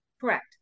Correct